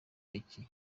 iki